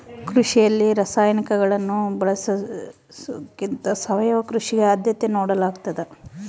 ಕೃಷಿಯಲ್ಲಿ ರಾಸಾಯನಿಕಗಳನ್ನು ಬಳಸೊದಕ್ಕಿಂತ ಸಾವಯವ ಕೃಷಿಗೆ ಆದ್ಯತೆ ನೇಡಲಾಗ್ತದ